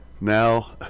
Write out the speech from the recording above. now